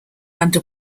under